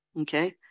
okay